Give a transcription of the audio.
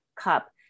cup